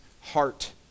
heart